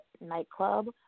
nightclub